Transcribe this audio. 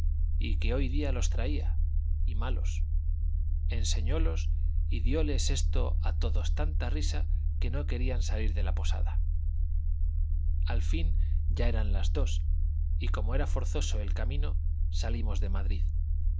y que hoy día los traía y malos enseñólos y dioles esto a todos tanta risa que no querían salir de la posada al fin ya eran las dos y como era forzoso el camino salimos de madrid